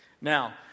Now